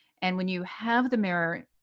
and when you have the mirror,